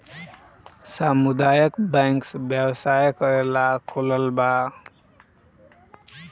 सामुदायक बैंक व्यवसाय करेला खोलाल बा